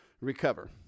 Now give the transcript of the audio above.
recover